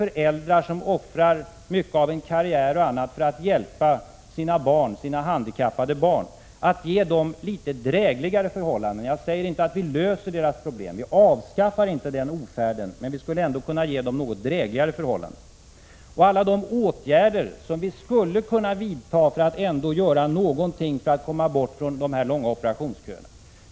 föräldrar som offrar mycket av karriär och annat för att hjälpa sina handikappade barn och ge dem litet drägligare förhållanden. Jag säger inte att vi löser deras problem. Vi avskaffar inte ofärden, men vi skulle kunna ge dem något drägligare förhållanden. Vi skulle kunna vidta många åtgärder för att försöka få bort de långa operationsköerna.